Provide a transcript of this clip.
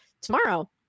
tomorrow